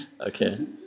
Okay